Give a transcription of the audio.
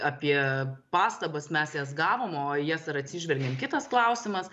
apie pastabas mes jas gavom o į jas ar atsižvelgėm kitas klausimas